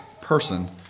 person